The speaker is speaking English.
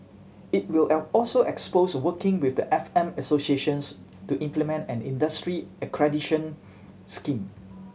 it will L also explores working with the F M associations to implement an industry accreditation scheme